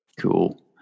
cool